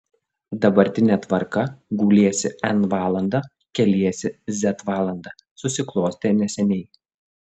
dabartinė tvarka guliesi n valandą keliesi z valandą susiklostė neseniai